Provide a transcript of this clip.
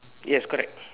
yes correct